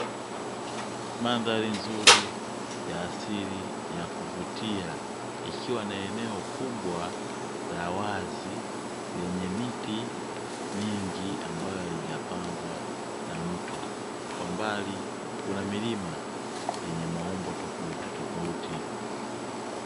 Mandhari nzuri ya asali ya kuvutia ikiwa na mandhari nzuri ya kuvutia